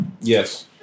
Yes